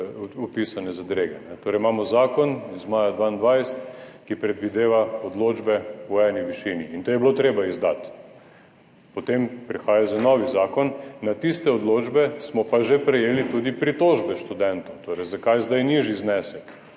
opisane zadrege. Torej, imamo zakon iz maja 2022, ki predvideva odločbe v eni višini in te je bilo treba izdati. Potem prihaja za novi zakon. Na tiste odločbe smo pa že prejeli tudi pritožbe študentov. Torej, zakaj zdaj nižji znesek?